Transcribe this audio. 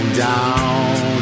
Down